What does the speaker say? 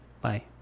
Bye